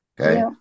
okay